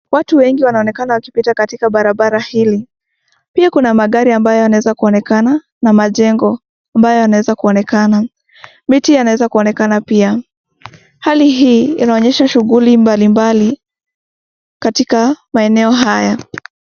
Watu wengi wanaonekana wakipita katika barabara hili, kuna magari ambayo yanaweza kuonekana na majengo ambayo yanweza kuonekana, miti yanaweza kuonekana pia, hali hii inaonyesha shuguli mbalimbali katika maeneo haya.